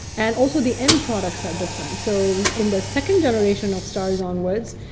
and also the end products are different. so in the second generation of stars onwards,